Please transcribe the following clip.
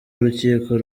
urukiko